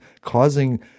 causing